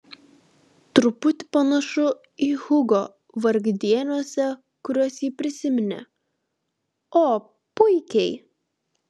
truputį panašų į hugo vargdieniuose kuriuos ji prisiminė o puikiai